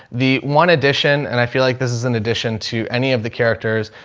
the one edition, and i feel like this is in addition to any of the characters,